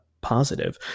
positive